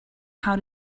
how